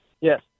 Yes